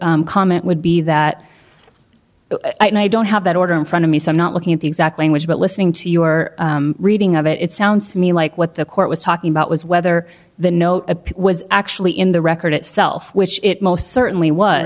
your comment would be that no i don't have that order in front of me so i'm not looking at the exact language but listening to your reading of it it sounds to me like what the court was talking about was whether the note a was actually in the record itself which it most certainly was